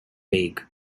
vague